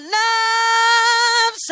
love